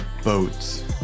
Boats